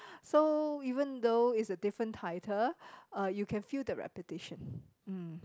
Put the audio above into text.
so even though it's a different title uh you can feel the repetition mm